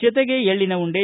ಜತೆಗೆ ಎಳ್ಳನ ಉಂಡೆ